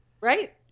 Right